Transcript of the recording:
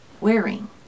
wearing